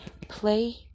Play